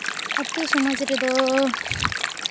ᱟᱛᱳ ᱥᱚᱢᱟᱡᱽ ᱨᱮᱫᱚ